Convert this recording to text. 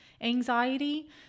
anxiety